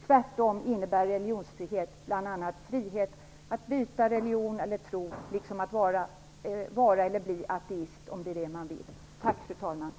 Tvärtom innebär religionsfrihet bl a frihet att byta religion eller tro, liksom att vara eller bli ateist, om det är det man vill."